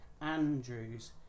Andrews